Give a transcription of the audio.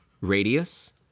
radius